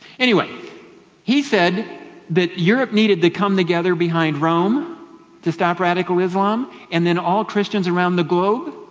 anyway he said that europe needed to come together behind rome to stop radical islam, and then all christians around the globe.